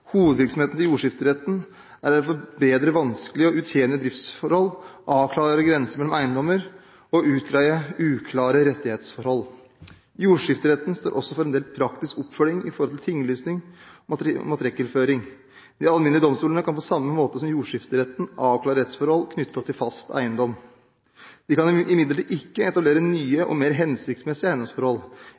Hovedvirksomheten til jordskifteretten er å forbedre vanskelige og utjenlige driftsforhold, avklare grenser mellom eiendommer og utgreie uklare rettighetsforhold. Jordskifteretten står også for en del praktisk oppfølging når det gjelder tinglysing og matrikkelføring. De alminnelige domstolene kan på samme måte som jordskifteretten avklare rettsforhold knyttet til fast eiendom. De kan imidlertid ikke etablere nye og mer hensiktsmessige eiendomsforhold